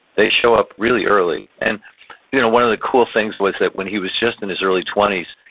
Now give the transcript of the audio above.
they show up really early and you know one of the cool things was when he was just in his early twenties,